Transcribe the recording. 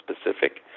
specific